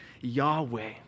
Yahweh